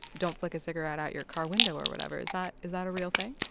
don't flick a cigarette out your car window or whatever. is that is that a real thing?